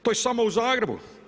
To je samo u Zagrebu.